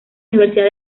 universidad